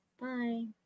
Bye